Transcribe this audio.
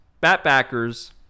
Bat-backers